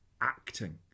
acting